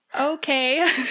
okay